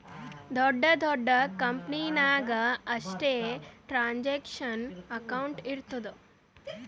ದೊಡ್ಡ ದೊಡ್ಡ ಕಂಪನಿ ನಾಗ್ ಅಷ್ಟೇ ಟ್ರಾನ್ಸ್ಅಕ್ಷನಲ್ ಅಕೌಂಟ್ ಇರ್ತುದ್